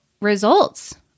results